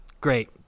Great